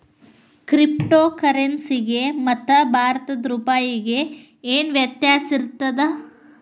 Crypto ಕರೆನ್ಸಿಗೆ ಮತ್ತ ಭಾರತದ್ ರೂಪಾಯಿಗೆ ಏನ್ ವ್ಯತ್ಯಾಸಿರ್ತದ?